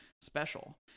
special